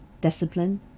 discipline